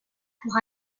pour